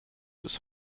bis